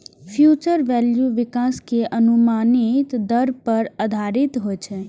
future value विकास के अनुमानित दर पर आधारित होइ छै